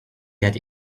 that